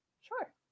Sure